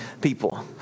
people